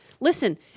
Listen